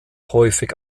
häufig